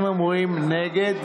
אם אומרים נגד,